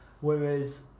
whereas